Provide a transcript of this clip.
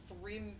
three